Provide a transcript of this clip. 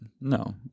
No